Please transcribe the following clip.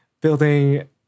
building